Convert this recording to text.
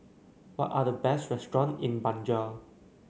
what are the best restaurants in Banjul